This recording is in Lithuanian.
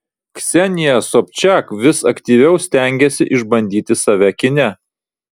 ksenija sobčak vis aktyviau stengiasi išbandyti save kine